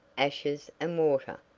ashes and water.